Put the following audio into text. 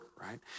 right